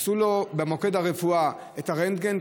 עשו לו במוקד הרפואה רנטגן,